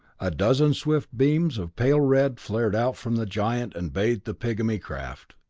a dozen swift beams of pale red flared out from the giant and bathed the pigmy craft.